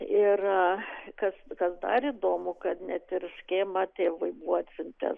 ir kas kas dar įdomu kad net ir škėma tėvui buvo atsiuntęs